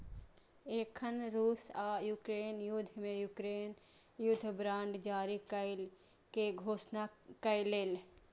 एखन रूस आ यूक्रेन युद्ध मे यूक्रेन युद्ध बांड जारी करै के घोषणा केलकैए